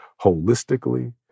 holistically